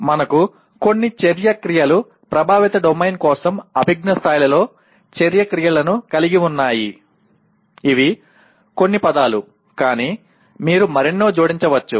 మనకు కొన్ని చర్య క్రియలు ప్రభావిత డొమైన్ కోసం అభిజ్ఞా స్థాయిలో చర్య క్రియలను కలిగి ఉన్నాము ఇవి కొన్ని పదాలు కానీ మీరు మరెన్నో జోడించవచ్చు